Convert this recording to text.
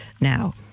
Now